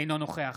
אינו נוכח